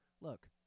Look